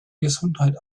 gesundheit